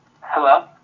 Hello